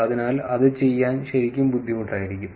അതിനാൽ അത് ചെയ്യാൻ ശരിക്കും ബുദ്ധിമുട്ടായിരിക്കും